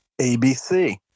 ABC